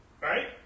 Right